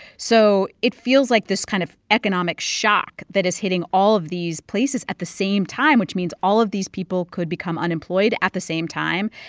so it feels like this kind of economic shock that is hitting all of these places at the same time, which means all of these people could become unemployed at the same time,